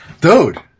Dude